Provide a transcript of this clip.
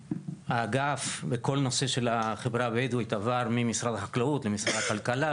האגף בכל הנושא של החברה הבדואית עבר ממשרד החקלאות למשרד הכלכלה,